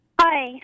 Hi